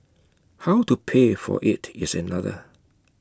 how to pay for IT is another